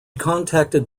contacted